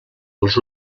els